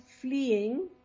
fleeing